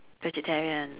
vegetarian